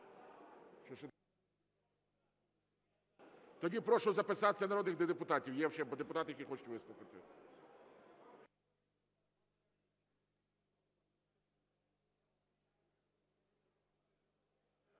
Тоді прошу записатися народних депутатів. Є ще депутати, які хочуть виступити.